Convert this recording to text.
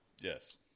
Yes